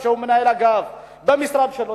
שהוא מנהל אגף במשרד שלו.